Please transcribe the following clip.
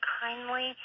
kindly